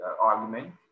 argument